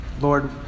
Lord